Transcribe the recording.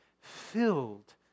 filled